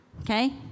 Okay